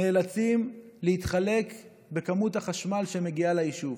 נאלצים לחלוק בכמות החשמל שמגיעה ליישוב,